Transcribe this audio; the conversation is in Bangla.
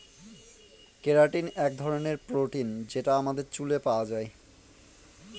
কেরাটিন এক ধরনের প্রোটিন যেটা আমাদের চুলে পাওয়া যায়